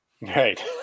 Right